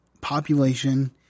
population